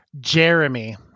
Jeremy